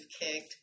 kicked